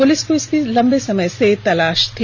police को इसकी लंबे समय से तलाष थी